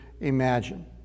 imagine